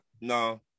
No